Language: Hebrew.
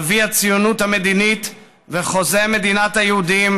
אבי הציונות המדינית וחוזה מדינת היהודים